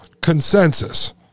consensus